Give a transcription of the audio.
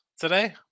today